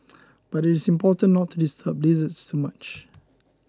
but it is important not to disturb lizards too much